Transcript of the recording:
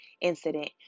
incident